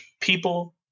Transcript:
people